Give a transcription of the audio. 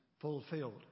fulfilled